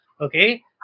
Okay